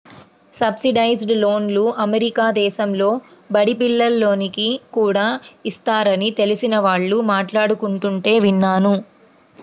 subsidised లోన్లు America దేశంలో బడి పిల్లోనికి కూడా ఇస్తారని తెలిసిన వాళ్ళు మాట్లాడుకుంటుంటే విన్నాను